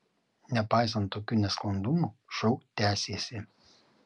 nepaisant tokių nesklandumų šou tęsėsi